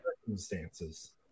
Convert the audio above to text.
circumstances